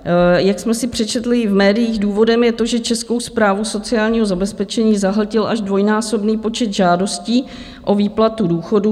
Jak jsme si přečetli i v médiích, důvodem je to, že Českou správu sociálního zabezpečení zahltil až dvojnásobný počet žádostí o výplatu důchodů.